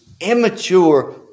immature